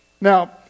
Now